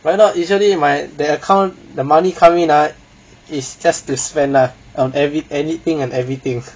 we're not usually my the acount the money come in ah is just to spend lah on every~ anything and everything